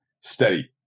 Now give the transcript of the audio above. steady